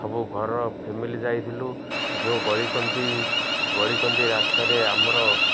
ସବୁ ଘରର ଫ୍ୟାମିଲି ଯାଇଥିଲୁ ଯେଉଁ ଗଳିି କନ୍ଦି ଗଳି କନ୍ଦି ରାସ୍ତାରେ ଆମର